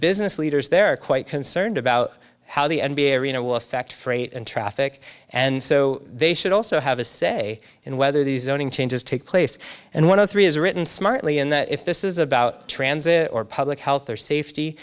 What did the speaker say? business leaders there are quite concerned about how the n b a arena will affect freight and traffic and so they should also have a say in whether the zoning changes take place and one of three is written smartly and that if this is about transit or public health or safety